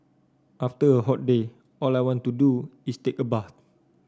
after a hot day all I want to do is take a bath